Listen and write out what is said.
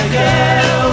girl